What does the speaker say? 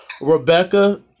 Rebecca